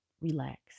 relax